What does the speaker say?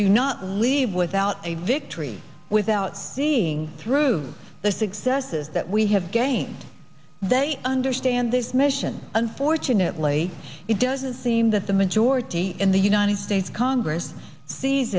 do not leave without a victory without seeing through the successes that we have gained they understand this mission unfortunately it doesn't seem that the majority in the united states congress sees